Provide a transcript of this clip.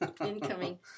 Incoming